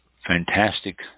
Fantastic